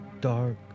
dark